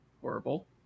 Horrible